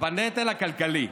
בנטל הכלכלי,